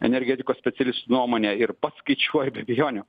energetikos specialistų nuomone ir pats skaičiuoju be abejonių